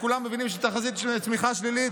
1.5%; כולם מבינים שתחזית הצמיחה שלילית,